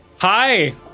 Hi